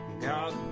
God